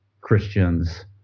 Christians